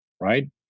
right